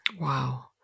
Wow